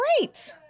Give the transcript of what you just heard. great